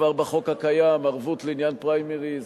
כבר בחוק הקיים ערבות לעניין פריימריז,